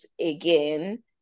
again